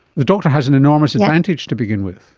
the doctor has an enormous advantage to begin with.